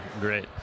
great